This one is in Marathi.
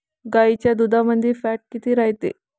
गाईच्या दुधामंदी फॅट किती रायते?